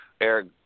Eric